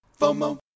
FOMO